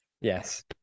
Yes